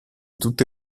tutte